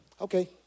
Okay